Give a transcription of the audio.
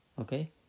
Okay